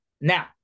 Now